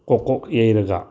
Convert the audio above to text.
ꯀꯣꯛ ꯀꯣꯛ ꯌꯩꯔꯒ